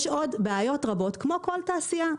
יש עוד בעיות רבות כמו כל תעשייה,